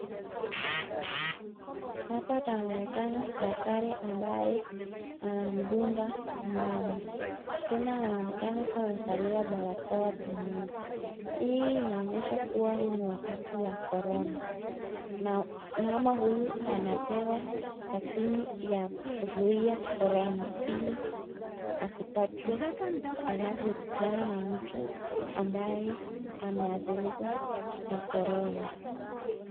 Hapa panaonekana daktari ambaye anamdunga mama. Tena anaonekana kuwa amevalia barakoa pamoja. Hii inaonyesha kuwa huu ni wakati wa korona, na mama huyu anapewa (cs)vaccine(cs) ya kuzuia korona ili asipatwe anavyokutana na mtu ambaye ameathiriwa na korona.